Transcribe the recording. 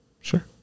Sure